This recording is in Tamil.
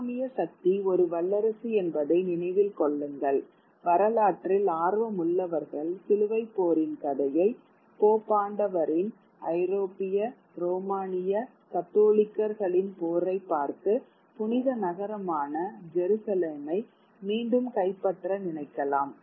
இஸ்லாமிய சக்தி ஒரு வல்லரசு என்பதை நினைவில் கொள்ளுங்கள் வரலாற்றில் ஆர்வமுள்ளவர்கள் சிலுவைப் போரின் கதையை போப்பாண்டவரின் ஐரோப்பிய ரோமானிய கத்தோலிக்கர்களின் போரைப் பார்த்து புனித நகரமான ஜெருசலேமை மீண்டும் கைப்பற்ற நினைக்கலாம்